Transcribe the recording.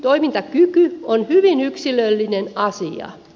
toimintakyky on hyvin yksilöllinen asia